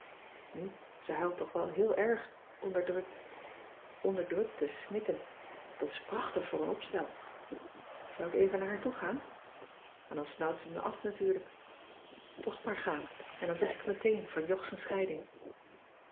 nu ze huilt toch wel heel erg onderdrukt onderdrukte snikken dat is prachtig voor een opstel zou ik even naar haar toegaan maar dan snauwt ze me af natuurlijk toch maar gaan en dan zeg ik het meteen van jog z'n scheiding